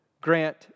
grant